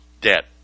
debt